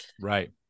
Right